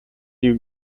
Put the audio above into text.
you